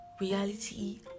reality